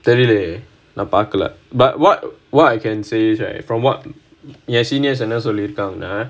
தெரிலையே நான் பார்க்கல:therilaiyae naan paarkkala but what what I can say is right from what your seniors என்ன சொல்லிருக்காங்க:enna sollirukkaanga